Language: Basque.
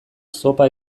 zopa